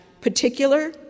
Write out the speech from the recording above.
particular